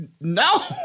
no